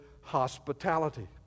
hospitality